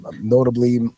notably